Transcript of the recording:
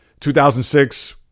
2006